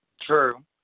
True